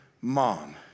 mom